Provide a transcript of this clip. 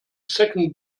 second